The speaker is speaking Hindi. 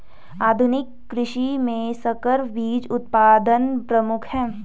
आधुनिक कृषि में संकर बीज उत्पादन प्रमुख है